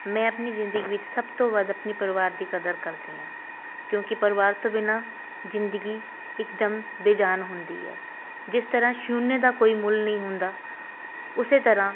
ਮੈਂ ਆਪਣੀ ਜ਼ਿੰਦਗੀ ਵਿੱਚ ਸਭ ਤੋਂ ਵੱਧ ਆਪਣੇ ਪਰਿਵਾਰ ਦੀ ਕਦਰ ਕਰਦੀ ਹਾਂ ਕਿਉਂਕਿ ਪਰਿਵਾਰ ਤੋਂ ਬਿਨਾ ਜ਼ਿੰਦਗੀ ਇਕਦਮ ਬੇਜਾਨ ਹੁੰਦੀ ਹੈ ਜਿਸ ਤਰ੍ਹਾਂ ਸ਼ੂਨੇ ਦਾ ਕੋਈ ਮੁੱਲ ਨਹੀਂ ਹੁੰਦਾ ਉਸ ਤਰ੍ਹਾਂ